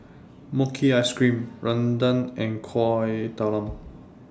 Mochi Ice Cream Rendang and Kueh Talam